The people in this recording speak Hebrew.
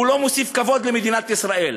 הוא לא מוסיף כבוד למדינת ישראל,